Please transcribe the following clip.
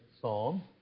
psalm